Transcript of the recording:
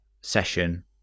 session